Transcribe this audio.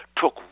took